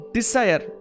Desire